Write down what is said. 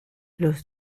los